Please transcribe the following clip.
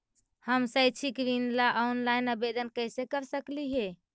हम शैक्षिक ऋण ला ऑनलाइन आवेदन कैसे कर सकली हे?